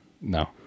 no